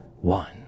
One